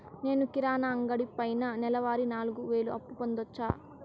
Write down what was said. నేను కిరాణా అంగడి పైన నెలవారి నాలుగు వేలు అప్పును పొందొచ్చా?